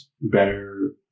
better